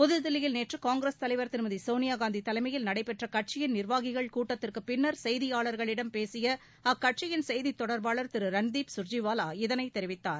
புதுதில்லியில் நேற்று காங்கிரஸ் தலைவர் திருமதி சோனியாகாந்தி தலைமையில் நடைபெற்ற கட்சியின் நிர்வாகிகள் கூட்டத்திற்குப் பின்னர் செய்தியாளர்களிடம் பேசிய அக்கட்சியின் செய்தித் தொடர்பாளர் திரு ரன்தீப் சுர்ஜேவாலா இதனைத் தெரிவித்தார்